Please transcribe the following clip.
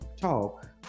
talk